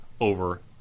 over